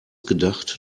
gedacht